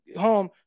home